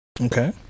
Okay